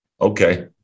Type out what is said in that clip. Okay